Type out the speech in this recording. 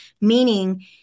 meaning